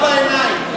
עבודה בעיניים.